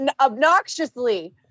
Obnoxiously